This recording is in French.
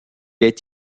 est